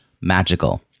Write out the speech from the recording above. magical